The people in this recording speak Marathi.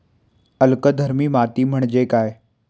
अल्कधर्मी माती म्हणजे काय?